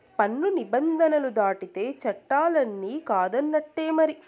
పన్ను నిబంధనలు దాటితే చట్టాలన్ని కాదన్నట్టే మరి